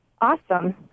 Awesome